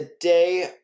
Today